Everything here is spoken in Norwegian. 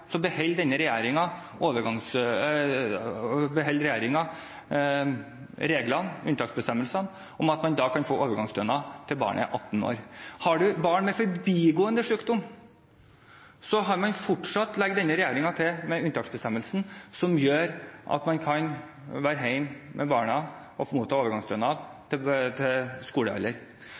beholder denne regjeringen unntaksbestemmelsen om at man kan få overgangsstønad til barnet er 18 år. Har man et barn med forbigående sykdom, legger denne regjeringen til grunn den unntaksbestemmelsen som gjør at man kan være hjemme med barnet og motta overgangsstønad til barnet er i skolealder.